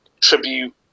tribute